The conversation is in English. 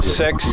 six